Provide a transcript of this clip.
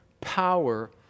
Power